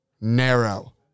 narrow